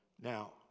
Now